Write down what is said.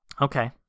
Okay